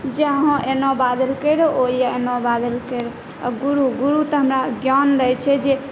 जे अहाँ एना बाजलकै रहै ओ एना बाजलकै रहै अब गुरु गुरु तऽ हमरा ज्ञान दै छै जे